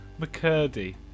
McCurdy